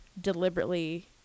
deliberately